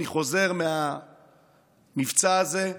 אני חוזר מהמבצע הזה,